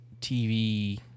TV